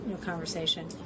conversation